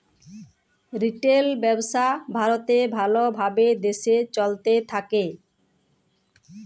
retail ব্যবসা ভারতে ভাল ভাবে দেশে চলতে থাক্যে